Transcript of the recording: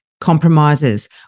compromises